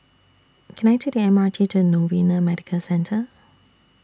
Can I Take The M R T to Novena Medical Centre